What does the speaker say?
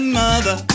mother